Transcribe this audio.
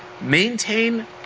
maintain